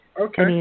okay